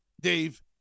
Dave